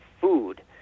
food